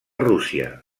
rússia